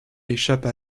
échappe